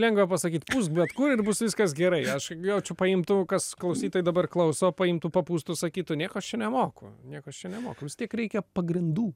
lengva pasakyt pūsk bet kū ir bus viskas gerai aš jau čia paimtų kas klausytojai dabar klauso paimtų papūstų sakytų nieko aš čia nemoku nieko aš čia nemoku vistiek reikia pagrindų